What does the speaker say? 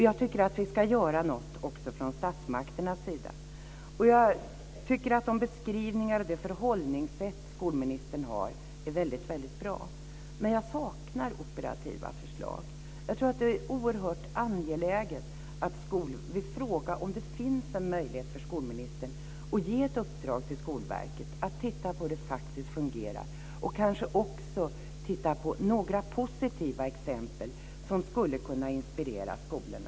Jag tycker att vi ska göra något också från statsmakternas sida. Jag tycker att de beskrivningar som kommit fram och det förhållningssätt skolministern har är bra. Men jag saknar operativa förslag. Det är oerhört angeläget att vi frågar om det finns en möjlighet för skolministern att ge ett uppdrag till Skolverket att titta på hur det faktiskt fungerar och titta på några positiva exempel som skulle kunna inspirera skolorna.